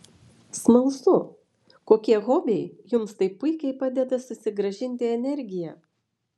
smalsu kokie hobiai jums taip puikiai padeda susigrąžinti energiją